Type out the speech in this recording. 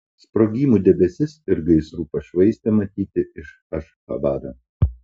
sprogimų debesis ir gaisrų pašvaistė matyti iš ašchabado